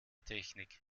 technik